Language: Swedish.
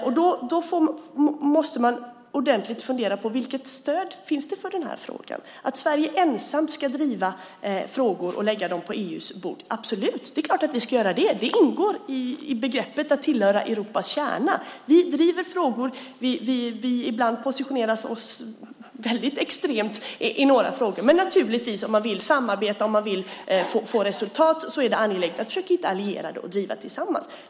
Man måste ordentligt fundera på: Vilket stöd finns det för den här frågan? Sverige ska absolut ensamt driva frågor och lägga dem på EU:s bord. Det är klart att vi ska göra det. Det ingår i begreppet att tillhöra Europas kärna. Vi driver frågor, och ibland positionerar vi oss väldigt extremt i några frågor. Men om man vill samarbeta och få resultat är det angeläget att försöka hitta allierade och driva frågorna tillsammans.